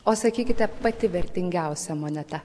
o sakykite pati vertingiausia moneta